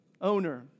Owner